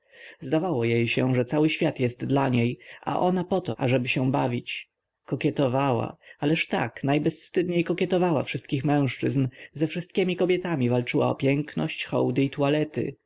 zdawało jej się że cały świat jest dla niej a ona poto ażeby się bawić kokietowała ależ tak najbezwstydniej kokietowała wszystkich mężczyzn ze wszystkiemi kobietami walczyła o piękność